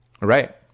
Right